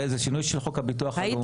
זה שינוי של חוק הביטוח הלאומי.